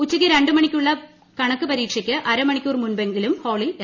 ഉച്ചയ്ക്ക് രണ്ട് മണിക്കുള്ള കണക്ക് പരീക്ഷയ്ക്ക് അരമണിക്കൂർ മുമ്പെങ്കിലും ഹാളിലെത്തണം